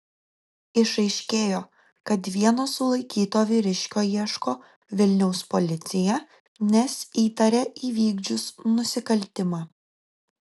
išaiškėjo kad vieno sulaikyto vyriškio ieško vilniaus policija nes įtaria įvykdžius nusikaltimą